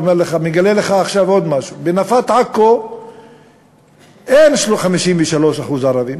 מגלה לך עכשיו עוד משהו: בנפת עכו אין 53% ערבים,